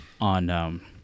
on